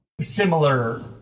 similar